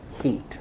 heat